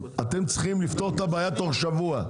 אתם צריכים לפתור את הבעיה תוך שבוע,